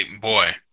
Boy